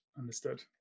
Understood